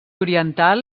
oriental